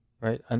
right